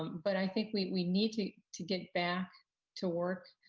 but i think we we need to to get back to work